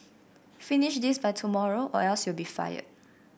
finish this by tomorrow or else you'll be fired